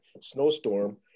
snowstorm